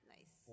Nice